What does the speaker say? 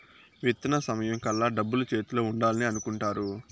విత్తన సమయం కల్లా డబ్బులు చేతిలో ఉండాలని అనుకుంటారు